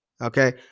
okay